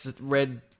red